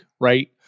right